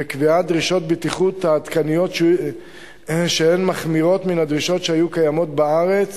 וקביעת דרישות בטיחות עדכניות שהן מחמירות מן הדרישות שהיו קיימות בארץ